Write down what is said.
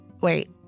Wait